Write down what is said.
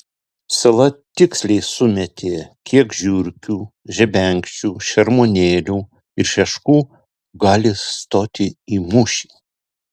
sela tiksliai sumetė kiek žiurkių žebenkščių šermuonėlių ir šeškų gali stoti į mūšį